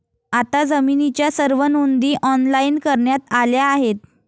आता जमिनीच्या सर्व नोंदी ऑनलाइन करण्यात आल्या आहेत